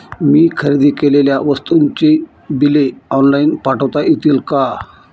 मी खरेदी केलेल्या वस्तूंची बिले ऑनलाइन पाठवता येतील का?